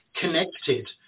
connected